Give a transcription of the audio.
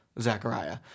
Zachariah